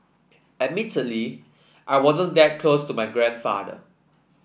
admittedly I wasn't that close to my grandfather